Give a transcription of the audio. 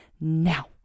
now